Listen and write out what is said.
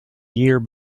year